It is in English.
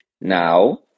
Now